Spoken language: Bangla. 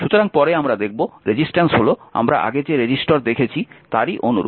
সুতরাং পরে আমরা দেখব রেজিস্ট্যান্স হল আমরা আগে যে রেজিস্টার দেখেছি তারই অনুরূপ